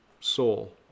soul